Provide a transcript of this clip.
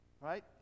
right